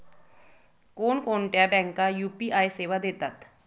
कोणकोणत्या बँका U P देतात?